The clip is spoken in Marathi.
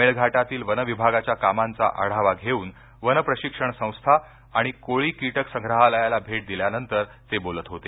मेळघाटातील वन विभागाच्या कामांचा आढावा घेऊन वन प्रशिक्षण संस्था आणि कोळी कीटक संग्रहालयाला भेट दिल्यानंतर ते बोलत होते